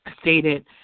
stated